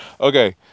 Okay